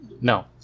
No